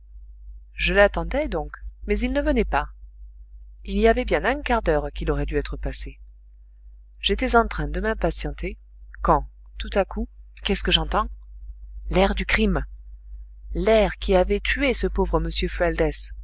je l'attendais donc mais il ne venait pas il y avait bien un quart d'heure qu'il aurait dû être passé j'étais en train de m'impatienter quand tout à coup qu'est-ce que j'entends l'air du crime l'air qui avait tué ce pauvre